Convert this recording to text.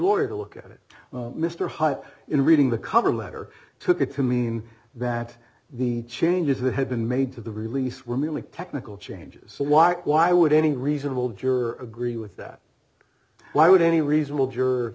lawyer to look at it mr hutt in reading the cover letter took it to mean that the changes that had been made to the release were merely technical changes so why why would any reasonable juror agree with that why would any reasonable juror